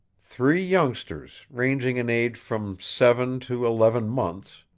three youngsters, ranging in age from seven to eleven months,